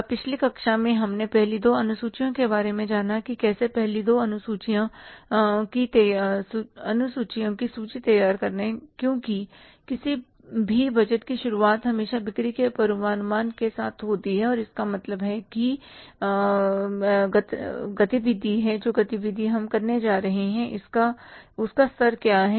अब पिछली कक्षा में हमने पहली दो अनुसूचियों के बारे में जाना कि कैसे पहली दो अनुसूचियां की सूची तैयार करें क्योंकि किसी भी बजट की शुरुआत हमेशा बिक्री के पूर्वानुमान के साथ होती है इसका मतलब गति विधि है जो गति विधि हम करने जा रहे हैं उसका स्तर क्या है